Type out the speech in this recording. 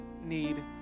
need